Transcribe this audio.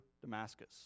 Damascus